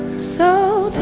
so